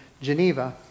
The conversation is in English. Geneva